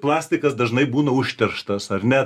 plastikas dažnai būna užterštas ar ne